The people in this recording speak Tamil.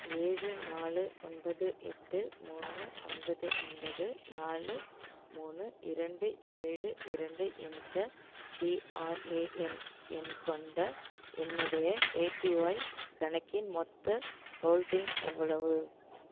ஏழு நாலு ஒன்பது எட்டு மூணு ஒன்பது ஒன்பது நாலு மூணு இரண்டு ஏழு இரண்டு என்ற பிஆர்ஏஎன் எண் கொண்ட என்னுடைய ஏபிஒய் கணக்கின் மொத்த ஹோல்டிங் எவ்வளவு